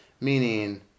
meaning